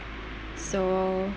so